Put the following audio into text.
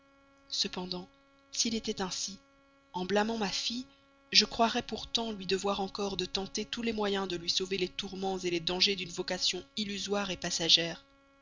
cependant s'il était ainsi en blâmant ma fille je croirais pourtant lui devoir encore de tenter tous les moyens de lui sauver les tourments les dangers inséparables d'une vocation illusoire passagère